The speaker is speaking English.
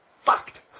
fucked